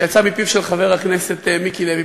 שיצאה מפיו של חבר הכנסת מיקי לוי,